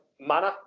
manner